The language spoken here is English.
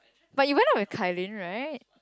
but you went out with Kai-Lin right